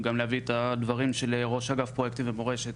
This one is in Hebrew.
גם להביא את הדברים של ראש אגף פרויקטים ומורשת,